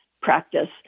practice